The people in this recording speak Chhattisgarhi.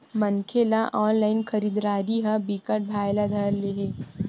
मनखे ल ऑनलाइन खरीदरारी ह बिकट भाए ल धर ले हे